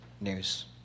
news